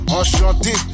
enchanté